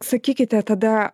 sakykite tada